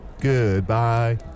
goodbye